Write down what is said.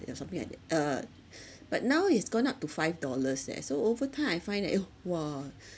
you know something like that uh but now it's gone up to five dollars eh so over time I find that oh !wah!